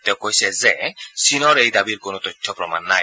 তেওঁ কয় যে চীনৰ এই দাবীৰ কোনো তথ্য প্ৰমাণ নাই